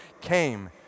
came